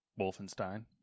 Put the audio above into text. Wolfenstein